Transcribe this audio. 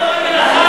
זה לא רגל אחת.